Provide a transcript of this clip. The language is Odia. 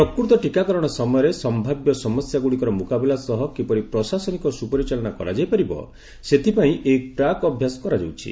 ପ୍ରକୃତ ଟୀକାକରଣ ସମୟରେ ସମ୍ଭାବ୍ୟ ସମସ୍ୟାଗୁଡ଼ିକର ମୁକାବିଲା ସହ କିପରି ପ୍ରଶାସନିକ ସୁପରିଚାଳନା କରାଯାଇପାରିବ ସେଥିପାଇଁ ଏହି ପ୍ରାକ୍ ଅଭ୍ୟାସ କରାଯାଉଛି